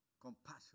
compassion